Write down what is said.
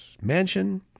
mansion